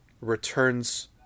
returns